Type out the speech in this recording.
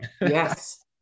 yes